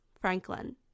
Franklin